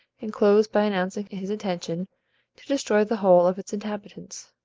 and closed by announcing his intention to destroy the whole of its inhabitants,